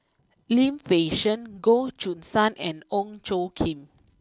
Lim Fei Shen Goh Choo San and Ong Tjoe Kim